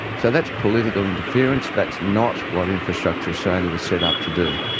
so that's political interference, that's not what infrastructure australia was set up to do.